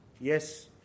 yes